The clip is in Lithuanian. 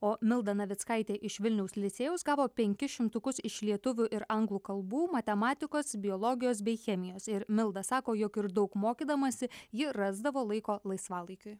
o milda navickaitė iš vilniaus licėjaus gavo penkis šimtukus iš lietuvių ir anglų kalbų matematikos biologijos bei chemijos ir milda sako jog ir daug mokydamasi ji rasdavo laiko laisvalaikiui